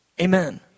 Amen